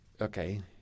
okay